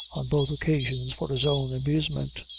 on both occasions for his own amusement.